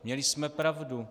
Měli jsme pravdu.